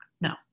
No